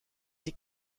die